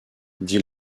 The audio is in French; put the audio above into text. dit